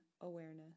awareness